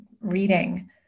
reading